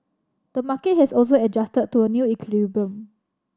the market has also adjusted to a new equilibrium